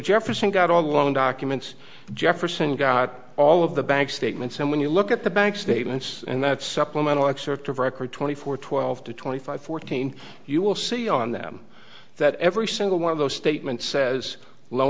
jefferson got all the loan documents jefferson got all of the bank statements and when you look at the bank statements and that's supplemental excerpt of record twenty four twelve to twenty five fourteen you will see on them that every single one of those statements says lo